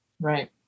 Right